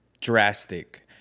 drastic